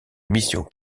mission